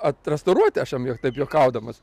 atrestauruot aš jam jau taip juokaudamas